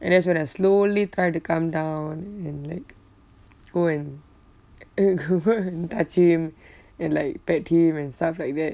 and that's when I slowly try to calm down and like go and uh go and touch him and like pet him and stuff like that